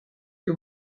que